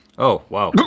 oh wow.